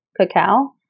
cacao